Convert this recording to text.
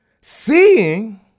Seeing